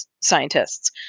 scientists